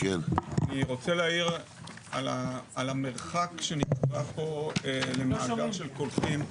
אני רוצה להעיר על המרחק שנקבע פה למאגר של קולחין.